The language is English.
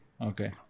Okay